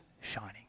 shining